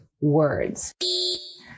words